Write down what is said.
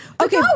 okay